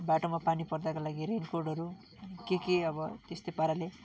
बाटोमा पानी पर्दाको लागि रेनकोटहरू अनि केके अब त्यस्तै पाराले